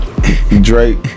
Drake